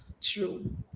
True